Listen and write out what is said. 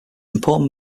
important